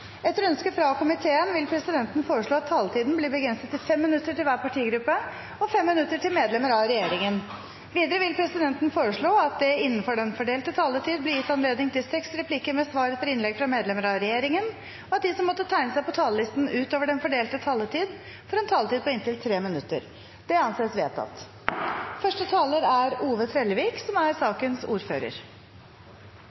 Etter ønske fra kommunal- og forvaltningskomiteen vil presidenten foreslå at taletiden blir begrenset til 5 minutter til hver partigruppe og 5 minutter til medlemmer av regjeringen. Videre vil presidenten foreslå at det – innenfor den fordelte taletid – blir gitt anledning til inntil seks replikker med svar etter innlegg fra medlemmer av regjeringen, og at de som måtte tegne seg på talerlisten utover den fordelte taletid, får en taletid på inntil 3 minutter. – Det anses vedtatt. Eg tenkjer det er